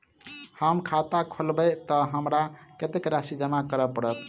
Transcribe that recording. हम खाता खोलेबै तऽ हमरा कत्तेक राशि जमा करऽ पड़त?